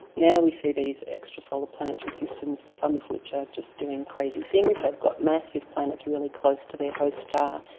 now we see these extra solar planetary systems, some of which are just doing crazy things. they've got massive planets really close to their host star,